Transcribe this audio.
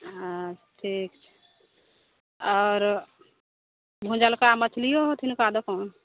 हँ ठीक छै आओर भुजलका मछलियो होत हिनका दोकान